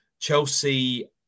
Chelsea